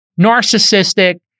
narcissistic